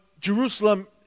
Jerusalem